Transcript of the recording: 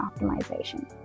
optimization